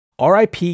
RIP